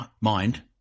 mind